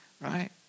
Right